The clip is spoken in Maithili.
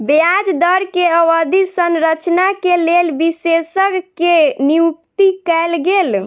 ब्याज दर के अवधि संरचना के लेल विशेषज्ञ के नियुक्ति कयल गेल